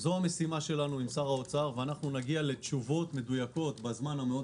אנחנו נגיע לתשובות מדויקות בזמן המאוד